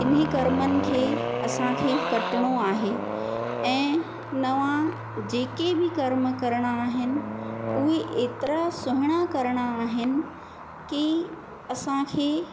इन्ही करमनि खे असांखे कटिणो आहे ऐं नवां जेके बि करम करिणा आहिनि उहे एतिरा सुहिणा करिणा आहिनि की असांखे